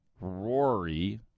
Rory